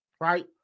Right